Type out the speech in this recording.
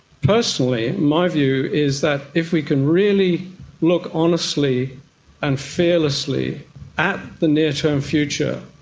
personally my view is that if we can really look honestly and fearlessly at the near-term future,